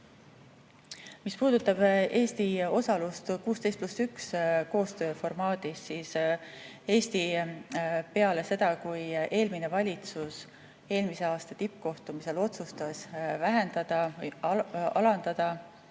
puudutab Eesti osalust 16 + 1 koostöö formaadis, siis peale seda, kui eelmine valitsus eelmise aasta tippkohtumisel otsustas vähendada või alandada